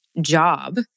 job